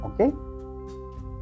Okay